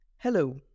Hello